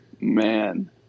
Man